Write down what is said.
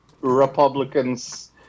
Republicans